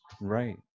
Right